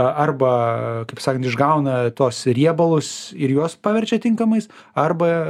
arba kaip sakant išgauna tuos riebalus ir juos paverčia tinkamais arba